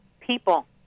people